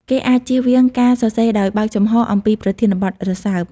គេអាចជៀសវាងការសរសេរដោយបើកចំហអំពីប្រធានបទរសើប។